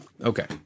Okay